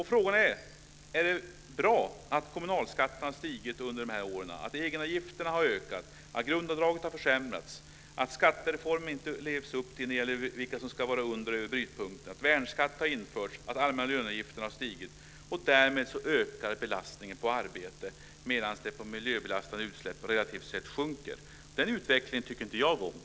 Frågan är om det är bra att kommunalskatterna har stigit under de här åren, att egenavgifterna har ökat, att grundavdraget har försämrats, att man inte lever upp till skattereformen när det gäller vilka som ska vara under och över brytpunkten, att värnskatt har införts och att de allmänna löneavgifterna har stigit. Därmed ökar ju belastningen på arbete, medan den relativt sett minskar på miljöbelastande utsläpp. Den utvecklingen tycker inte jag om.